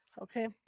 Okay